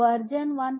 version 1